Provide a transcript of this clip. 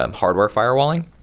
um hardware firewalling,